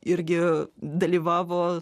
irgi dalyvavo